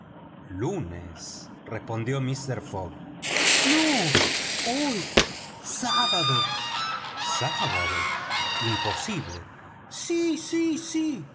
lunes respondió mister fogg no hoy sábado sábado imposible sí sí sí